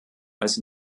als